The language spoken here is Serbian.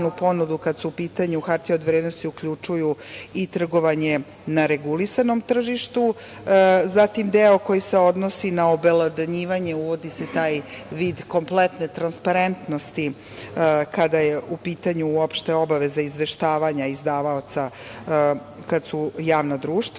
ponudu kad su u pitanju hartije od vrednosti uključuju i trgovanje na regulisanom tržištu. Zatim, deo koji se odnosi na obelodanjivanje, uvodi se taj vid kompletne transparentnosti kada je u pitanju uopšte obaveza izveštavanja izdavaoca kad su javna društva